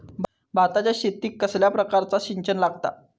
भाताच्या शेतीक कसल्या प्रकारचा सिंचन लागता?